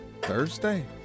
Thursday